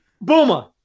Boomer